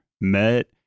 met